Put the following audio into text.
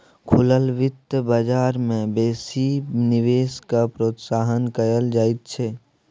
खुलल बित्त बजार मे बेसी निवेश केँ प्रोत्साहित कयल जाइत छै